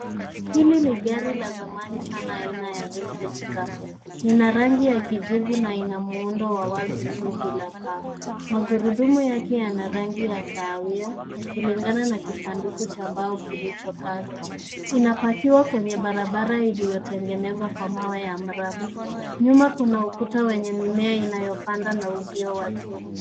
Hili ni gari la zamani sana aina ya vintage car . Lina rangi ya kijivu na ina muundo wa wazi juu bila paa. Magurudumu yake yana rangi ya kahawia, yakilingana na kisanduku cha mbao kilicho kando. Inapakiwa kwenye barabara iliyotengenezwa kwa mawe ya mraba. Nyuma kuna ukuta wenye mimea inayopanda na uzio wa chuma.